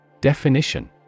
Definition